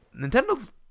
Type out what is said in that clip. Nintendo's